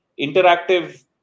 interactive